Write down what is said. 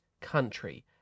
country